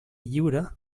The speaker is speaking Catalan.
lliure